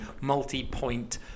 multi-point